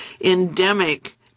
endemic